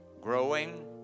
growing